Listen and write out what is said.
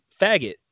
faggot